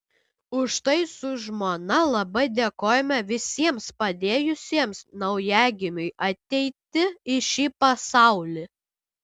už tai su žmona labai dėkojame visiems padėjusiems naujagimiui ateiti į šį pasaulį